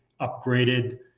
upgraded